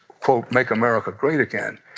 quote, make america great again.